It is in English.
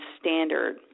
standard